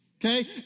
okay